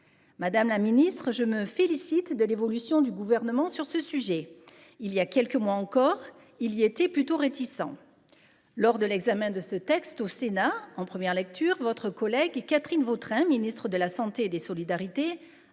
Madame la ministre, je me félicite de l’évolution du Gouvernement sur ce sujet : il y a quelques mois encore, il y était plutôt réticent. En première lecture au Sénat, votre collègue Catherine Vautrin, ministre de la santé et des solidarités,